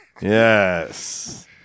Yes